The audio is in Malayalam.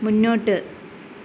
മുന്നോട്ട്